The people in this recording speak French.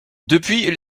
depuis